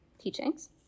teachings